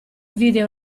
vide